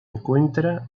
encuentra